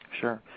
sure